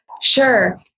Sure